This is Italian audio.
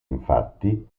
infatti